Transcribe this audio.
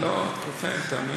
לא, את כולכם.